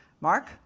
Mark